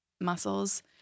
muscles